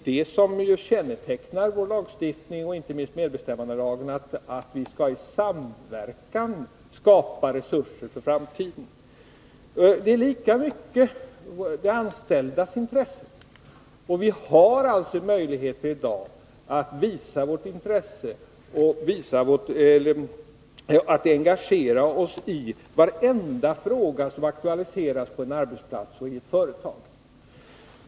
Det som kännetecknar inte minst medbestämmandelagen är ju att vi i samverkan skall skapa resurser för framtiden. Det ligger lika mycket i de anställdas intresse att göra detta. Och vi har i dag möjligheter att engagera oss i och påverka varenda fråga som aktualiseras på en arbetsplats och i ett företag.